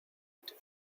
into